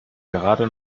gerade